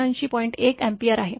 १ ampere आहे